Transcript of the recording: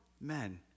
men